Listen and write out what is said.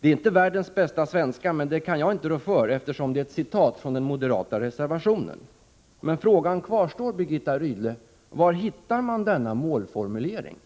Det är inte världens bästa svenska, men det kan inte jag rå för, eftersom det är ett citat från den moderata reservationen. Men frågan kvarstår, Birgitta Rydle: Var hittar man denna målformulering?